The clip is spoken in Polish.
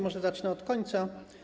Może zacznę od końca.